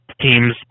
Teams